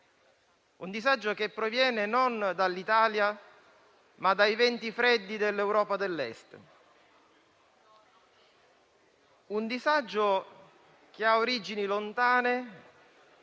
periodo, che proviene non dall'Italia, ma dai venti freddi dell'Europa dell'est e che ha origini lontane.